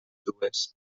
dues